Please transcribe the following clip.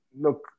Look